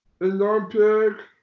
Olympic